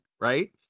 Right